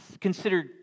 consider